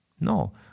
No